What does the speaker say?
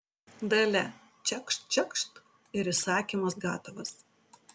dalia čekšt čekšt ir įsakymas gatavas